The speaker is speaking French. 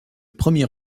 premier